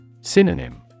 Synonym